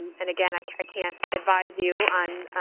and, again, i can't advise you on